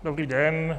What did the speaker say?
Dobrý den.